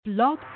Blog